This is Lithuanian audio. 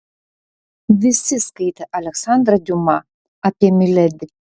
visi skaitė aleksandrą diuma apie miledi